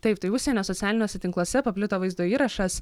taip tai užsienio socialiniuose tinkluose paplito vaizdo įrašas